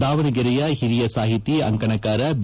ದಾವಣಗೆರೆಯ ಹಿರಿಯ ಸಾಹಿತಿ ಅಂಕಣಕಾರ ಬಿ